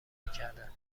میکردند